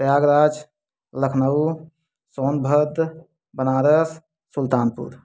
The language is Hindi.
प्रयागराज लखनऊ सोनभद्र बनारस सुल्तानपुर